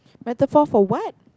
metaphor for what